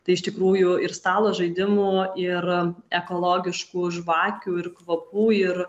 tai iš tikrųjų ir stalo žaidimų ir ekologiškų žvakių ir kvapų ir